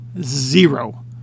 Zero